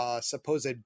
supposed